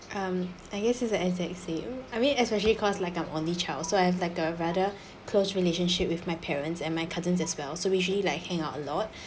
um I guess it's the exact same I mean especially because like I'm only child so I have like a rather close relationship with my parents and my cousins as well so we usually like hang out a lot